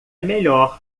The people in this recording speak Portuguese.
melhor